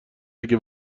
اگه